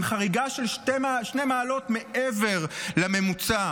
עם חריגה של שתי מעלות מעבר לממוצע.